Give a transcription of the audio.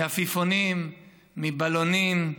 מעפיפונים ומבלונים.